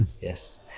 yes